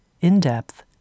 in-depth